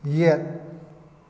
ꯌꯦꯠ